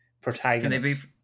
protagonists